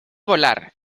volar